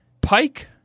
Pike